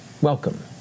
welcome